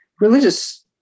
religious